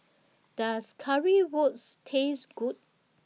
Does Currywurst Taste Good